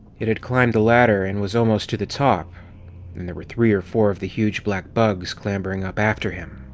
it had climbed the ladder and was almost to the top-and and there were three or four of the huge black bugs clambering up after him.